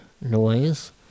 noise